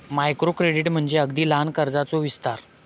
micro credit म्हणजे अगदी लहान कर्जाचो विस्तार